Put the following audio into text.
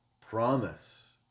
promise